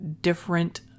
different